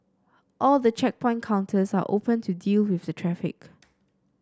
all the checkpoint counters are open to deal with the traffic